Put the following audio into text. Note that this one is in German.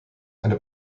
eine